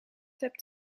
hebt